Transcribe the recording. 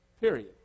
Period